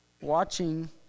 Watching